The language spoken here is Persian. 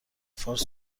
فارس